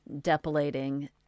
depilating